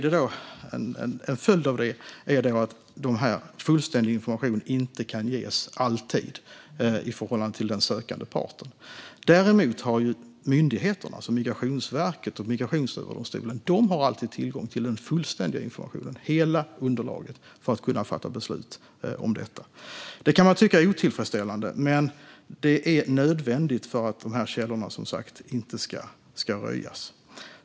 En följd av detta är att fullständig information inte alltid kan ges i förhållande till den sökande parten. Däremot har myndigheterna, alltså Migrationsverket och Migrationsöverdomstolen, alltid tillgång till hela underlaget och den fullständiga informationen för att kunna fatta beslut om detta. Det kan man tycka är otillfredsställande, men det är som sagt nödvändigt för att källorna inte ska röjas.